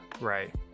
Right